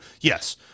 yes